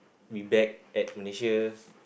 we back at Malaysia